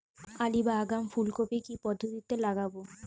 Early বা আগাম ফুল কপি কি পদ্ধতিতে লাগাবো?